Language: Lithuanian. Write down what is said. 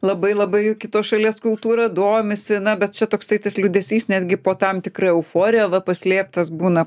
labai labai kitos šalies kultūra domisi na bet čia toksai tas liūdesys netgi po tam tikra euforija va paslėptas būna